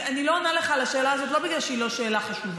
אני לא עונה לך על השאלה הזאת לא בגלל שהיא לא שאלה חשובה,